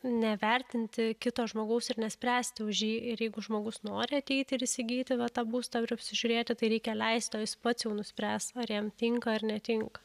nevertinti kito žmogaus ir nespręsti už jį ir jeigu žmogus nori ateiti ir įsigyti va tą būstą ir apsižiūrėti tai reikia leisti o jis pats jau nuspręs ar jam tinka ar netinka